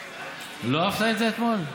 ולא אהבת את זה אתמול?